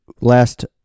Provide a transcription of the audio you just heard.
Last